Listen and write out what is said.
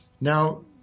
Now